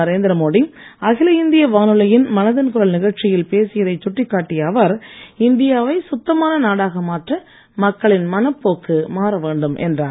நரேந்திர மோடி அகில இந்திய வானொலியின் மனதின் குரல் நிகழ்ச்சியில் பேசியதை சுட்டிக் காட்டிய அவர் இந்தியாவை சுத்தமான நாடாக மாற்ற மக்களின் மனப்போக்கு மாற வேண்டும் என்றார்